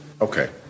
Okay